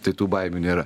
tai tų baimių nėra